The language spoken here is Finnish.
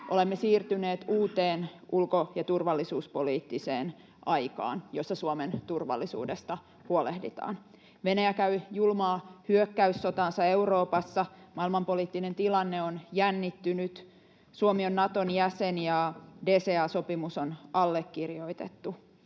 Olemme siirtyneet uuteen ulko‑ ja turvallisuuspoliittiseen aikaan, jossa Suomen turvallisuudesta huolehditaan. Venäjä käy julmaa hyökkäyssotaansa Euroopassa, maailmanpoliittinen tilanne on jännittynyt, Suomi on Naton jäsen, ja DCA-sopimus on allekirjoitettu.